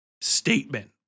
statement